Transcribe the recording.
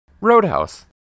Roadhouse